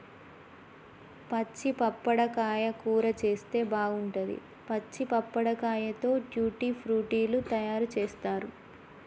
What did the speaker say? పచ్చి పప్పడకాయ కూర చేస్తే బాగుంటది, పచ్చి పప్పడకాయతో ట్యూటీ ఫ్రూటీ లు తయారు చేస్తారు